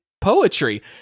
poetry